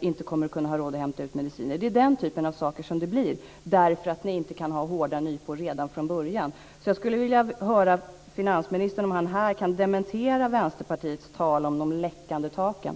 inte kommer att kunna ha råd att hämta ut mediciner. Det är den typen av saker som sker därför att ni inte kan ha hårda nypor redan från början. Jag skulle vilja höra om finansministern här kan dementera Vänsterpartiets tal om de läckande taken.